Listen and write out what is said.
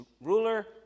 ruler